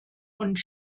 und